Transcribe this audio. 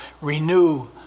renew